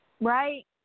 Right